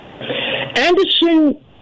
Anderson